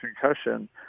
concussion